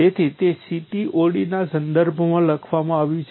તેથી તે CTOD ના સંદર્ભમાં લખવામાં આવ્યું છે